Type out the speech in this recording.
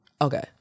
Okay